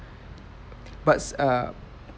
but err